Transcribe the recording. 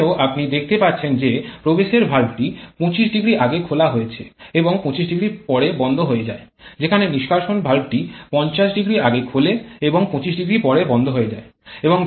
এখানেও আপনি দেখতে পাচ্ছেন যে প্রবেশের ভালভটি ২৫০ আগে খোলা হয়েছে এবং ২৫০ পরে বন্ধ হয়ে যায় যেখানে নিষ্কাশন ভালভটি ৫০০ আগে খোলে এবং ২৫০ পরে বন্ধ হয়ে যায়